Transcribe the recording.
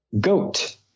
Goat